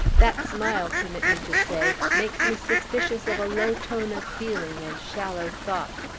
that smile, permit me to say, makes me suspicious of a low tone of feeling and shallow thought.